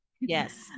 Yes